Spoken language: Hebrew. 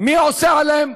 מי עושה עליהם,